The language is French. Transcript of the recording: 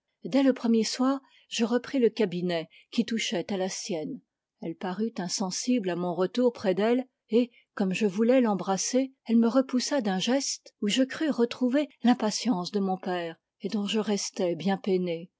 dès le premier soir je repris le cabinet qui touchait à la sienne elle parut insensible à mon retour près d'elle et comme je voulais l'embrasser elle me repoussa d'un geste où je crus retrouver l'impatience de mon père et dont je restai bien peiné